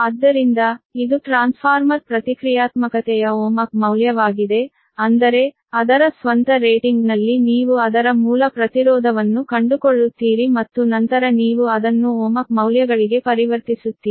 ಆದ್ದರಿಂದ ಇದು ಟ್ರಾನ್ಸ್ಫಾರ್ಮರ್ ಪ್ರತಿಕ್ರಿಯಾತ್ಮಕತೆಯ ohmic ಮೌಲ್ಯವಾಗಿದೆ ಅಂದರೆ ಅದರ ಸ್ವಂತ ರೇಟಿಂಗ್ನಲ್ಲಿ ನೀವು ಅದರ ಮೂಲ ಪ್ರತಿರೋಧವನ್ನು ಕಂಡುಕೊಳ್ಳುತ್ತೀರಿ ಮತ್ತು ನಂತರ ನೀವು ಅದನ್ನು ohmic ಮೌಲ್ಯಗಳಿಗೆ ಪರಿವರ್ತಿಸುತ್ತೀರಿ